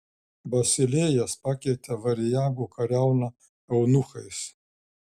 basilėjas pakeitė variagų kariauną eunuchais